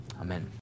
Amen